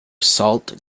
salt